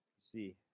See